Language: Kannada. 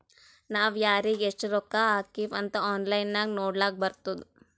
ನಾವ್ ಯಾರಿಗ್ ಎಷ್ಟ ರೊಕ್ಕಾ ಹಾಕಿವ್ ಅಂತ್ ಆನ್ಲೈನ್ ನಾಗ್ ನೋಡ್ಲಕ್ ಬರ್ತುದ್